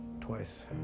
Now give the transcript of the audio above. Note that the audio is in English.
twice